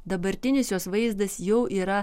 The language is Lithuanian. dabartinis jos vaizdas jau yra